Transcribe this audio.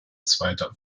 zweiter